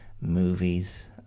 movies